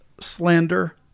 slander